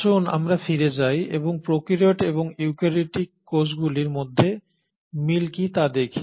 আসুন আমরা ফিরে যাই এবং প্রোক্যারিওট এবং ইউক্যারিওটিক কোষগুলির মধ্যে মিল কী তা দেখি